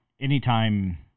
anytime